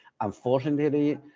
Unfortunately